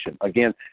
Again